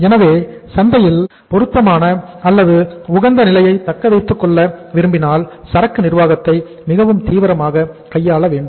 எனவே சந்தையில் பொருத்தமான அல்லது உகந்த நிலையை தக்கவைத்துக் கொள்ள விரும்பினால் சரக்கு நிர்வாகத்தை மிகவும் தீவிரமாக கையாள வேண்டும்